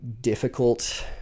difficult